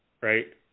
right